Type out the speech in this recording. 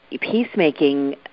peacemaking